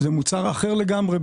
השום הסיני הוא מוצר אחר לגמרי,